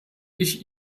ich